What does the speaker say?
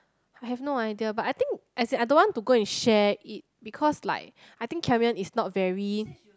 I have no idea but I think as in I don't want to go and share it because like I think Karen is not very